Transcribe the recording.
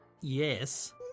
Yes